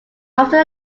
after